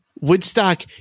Woodstock